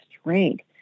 strength